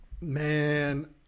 Man